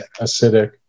acidic